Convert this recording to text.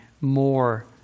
more